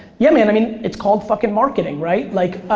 ya man, i mean it's called fucking marketing, right? like,